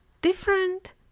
different